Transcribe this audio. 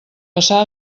passar